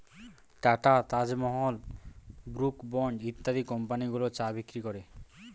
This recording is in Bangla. টাটা, তাজমহল, ব্রুক বন্ড ইত্যাদি কোম্পানিগুলো চা বিক্রি করে